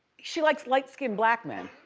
she likes light-skinned black men.